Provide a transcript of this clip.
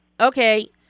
Okay